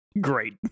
Great